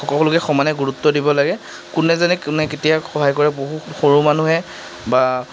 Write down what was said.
সকলোকে সমানে গুৰুত্ব দিব লাগে কোনে যেনে কোনে কেতিয়া সহায় কৰে বহুত সৰু মানুহে বা